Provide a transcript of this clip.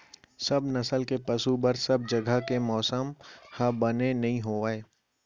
सब नसल के पसु बर सब जघा के मौसम ह बने नइ होवय